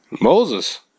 moses